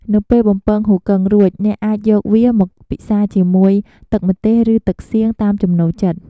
នៅពេលបំពងហ៊ូគឹងរួច អ្នកអាចយកវាមកពិសាជាមួយ ទឹកម្ទេស ឬ ទឹកសៀង តាមចំណូលចិត្ត។